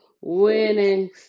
winning